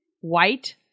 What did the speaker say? white